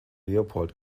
leopold